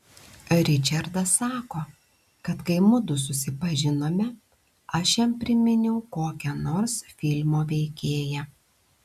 ričardas sako kad kai mudu susipažinome aš jam priminiau kokią nors filmo veikėją